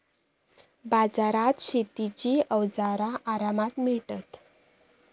बाजारात शेतीची अवजारा आरामात मिळतत